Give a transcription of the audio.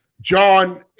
John